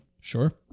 Sure